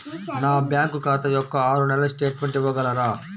నా బ్యాంకు ఖాతా యొక్క ఆరు నెలల స్టేట్మెంట్ ఇవ్వగలరా?